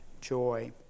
joy